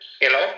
hello